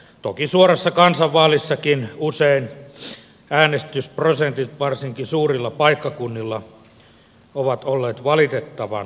toki suorassa kansanvaalissakin usein äänestysprosentit varsinkin suurilla paikkakunnilla ovat olleet valitettavan alhaisia